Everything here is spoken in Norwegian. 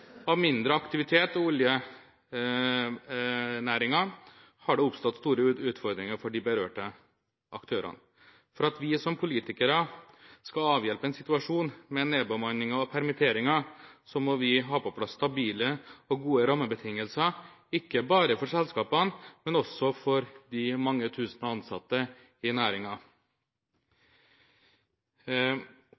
av mindre aktivitet i oljenæringen har det oppstått store utfordringer for de berørte aktørene. For at vi som politikere skal avhjelpe en situasjon med nedbemanninger og permitteringer, må vi ha på plass stabile og gode rammebetingelser, ikke bare for selskapene, men også for de mange tusen ansatte i